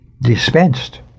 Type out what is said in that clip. dispensed